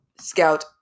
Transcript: Scout